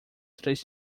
três